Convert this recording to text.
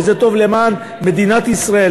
וזה טוב וזה למען מדינת ישראל,